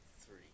Three